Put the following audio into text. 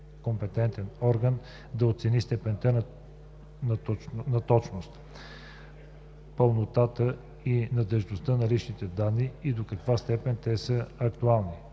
компетентен орган да оцени степента на точност, пълнотата и надеждността на личните данни и до каква степен те са актуални.